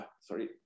sorry